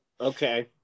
Okay